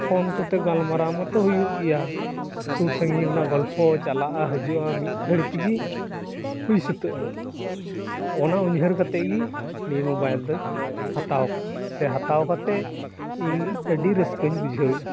phone ᱠᱚᱛᱮ ᱜᱟᱞᱢᱟᱨᱟᱣ ᱢᱟᱛᱳ ᱦᱩᱭᱩᱜ ᱜᱮᱭᱟ ᱥᱩᱨ ᱥᱟᱺᱜᱤᱧ ᱨᱮᱭᱟᱜ ᱜᱚᱞᱯᱚ ᱪᱟᱞᱟᱜᱼᱟ ᱦᱤᱡᱩᱜᱼᱟ ᱢᱤᱫ ᱜᱷᱟᱹᱲᱤ ᱛᱮᱜᱮ ᱦᱩᱭ ᱥᱟᱹᱛᱚᱜᱼᱟ ᱚᱱᱟ ᱩᱭᱦᱟᱹᱨ ᱠᱟᱛᱮ ᱜᱮ ᱱᱤᱭᱟᱹ ᱢᱳᱵᱟᱭᱤ ᱫᱩᱧ ᱦᱟᱛᱟᱣ ᱟᱠᱟᱫᱼᱟ ᱥᱮ ᱦᱟᱛᱟᱣ ᱠᱟᱛᱮ ᱤᱧ ᱟᱹᱰᱤ ᱨᱟᱹᱠᱟᱹᱧ ᱵᱩᱡᱷᱟᱹ ᱮᱫᱟ